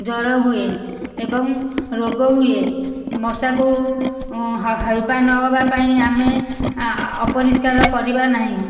ଜ୍ୱର ହୁଏ ଏବଂ ରୋଗ ହୁଏ ମଶାଙ୍କୁ ହେବା ନହେବା ପାଇଁ ଆମେ ଅପରିଷ୍କାର କରିବା ନାହିଁ